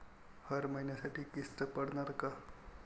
हर महिन्यासाठी किस्त पडनार का?